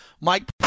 Mike